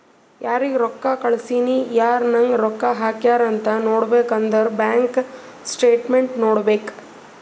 ಯಾರಿಗ್ ರೊಕ್ಕಾ ಕಳ್ಸಿನಿ, ಯಾರ್ ನಂಗ್ ರೊಕ್ಕಾ ಹಾಕ್ಯಾರ್ ಅಂತ್ ನೋಡ್ಬೇಕ್ ಅಂದುರ್ ಬ್ಯಾಂಕ್ ಸ್ಟೇಟ್ಮೆಂಟ್ ನೋಡ್ಬೇಕ್